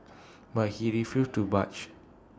but he refused to budge